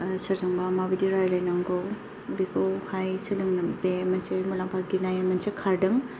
सोरजोंबा माबायदि रायलायनांगौ बेखौहाय सोलोंनो बे मोनसे मुलाम्फा गिनाय मोनसे खारदों